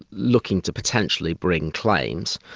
looking to potentially bring claims.